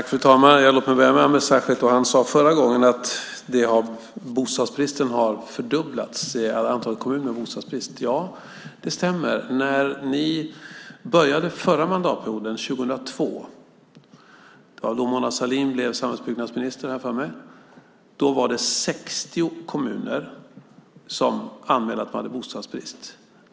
Fru talman! Låt mig börja med Ameer Sachet och att han förra gången sade att antalet kommuner med bostadsbrist har fördubblats. Det stämmer. När ni började den förra mandatperioden 2002 - det var då Mona Sahlin blev samhällsbyggnadsminister, har jag för mig - var det 60 kommuner som anmälde att de hade bostadsbrist.